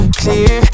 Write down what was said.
clear